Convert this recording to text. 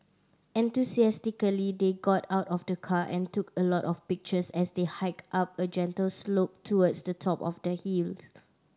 enthusiastically they got out of the car and took a lot of pictures as they hiked up a gentle slope towards the top of the hills